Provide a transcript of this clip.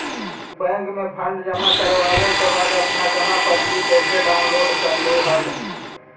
तू बैंक में फंड जमा करवावे के बाद अपन जमा पर्ची कैसे डाउनलोड करलू हल